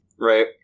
right